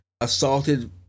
assaulted